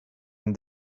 and